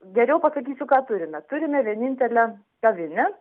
geriau pasakysiu ką turime turime vienintelę kavinę